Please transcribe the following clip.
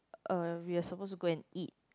uh we are suppose to go and eat